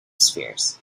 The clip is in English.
spheres